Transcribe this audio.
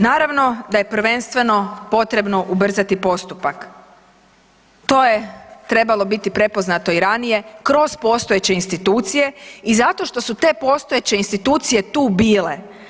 Naravno da je prvenstveno potrebno ubrzati postupak, to je trebalo biti prepoznato i ranije kroz postojeće institucije i zato što su te postojeće institucije tu bile.